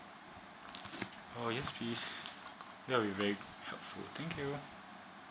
oh yes please you are very helpful thank you